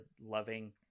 loving